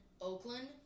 Oakland